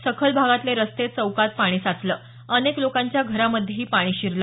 सखल भागातले रस्ते चौकात पाणी साचलं अनेक लोकांच्या घरामध्येही पाणी शिरलं